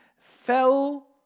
Fell